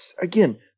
Again